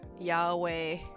Yahweh